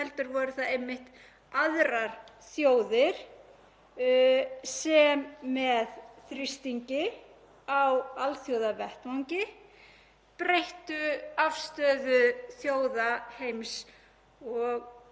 breyttu afstöðu þjóða heims. Nú teljum við held ég flest að það að beita efnavopnum eða sýklavopnum í hernaði sé bara